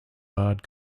bard